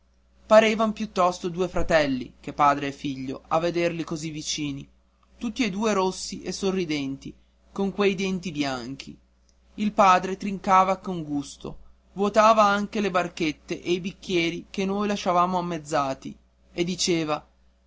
parevan piuttosto due fratelli che padre e figlio a vederli così vicini tutti e due rossi e sorridenti con quei denti bianchi il padre trincava con gusto vuotava anche le barchette e i bicchieri che noi lasciavamo ammezzati e diceva